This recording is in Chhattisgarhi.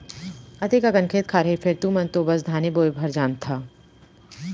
अतेक अकन खेत खार हे फेर तुमन तो बस धाने बोय भर जानथा